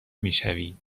میشوی